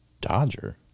Dodger